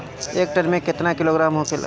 एक टन मे केतना किलोग्राम होखेला?